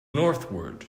northward